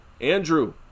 Andrew